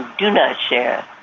do not share